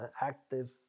active